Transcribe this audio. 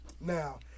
Now